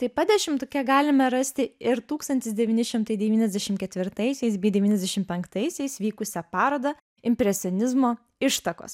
taip pat dešimtuke galime rasti ir tūkstantis devyni šimtai devyniasdešim ketvirtaisiais bei devyniasdešim penktaisiais vykusią parodą impresionizmo ištakos